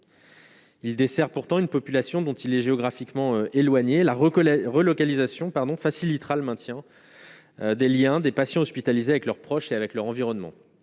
Il dessert pourtant une population dont il est géographiquement éloigné la recoller relocalisation pardon facilitera le maintien des Liens, des patients hospitalisés avec leurs proches et avec leur environnement,